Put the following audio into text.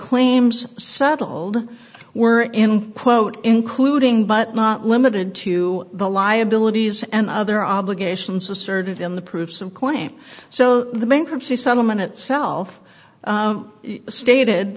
claims settled were in quote including but not limited to the liabilities and other obligations assertive in the proofs of coin so the bankruptcy settlement itself stated